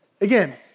again